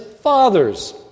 Father's